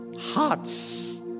Hearts